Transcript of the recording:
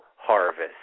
harvest